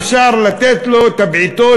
אפשר לתת לו את הבעיטות,